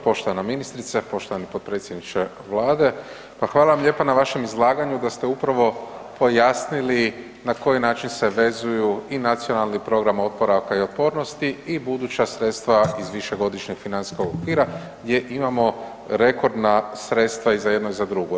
Poštovana ministrice, poštovani potpredsjedniče Vlade, pa hvala vam lijepa na vašem izlaganju da ste upravo pojasnili na koji način se vezuju i Nacionalni program oporavka i otpornosti i buduća sredstva iz višegodišnjeg financijskog okvira gdje imamo rekordna sredstava i za jedno i za drugo.